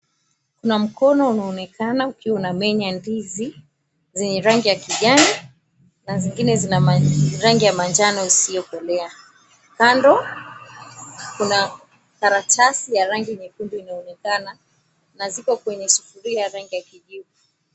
Kuna mkono unaonekana ukiwa unamenya ndizi zenye rangi ya kijani na zingine zina rangi ya manjano isiyokolea kando kuna karatasi ya rangi nyekundu inaonekana na ziko kwenye sufuria ya rangi ya kijivu.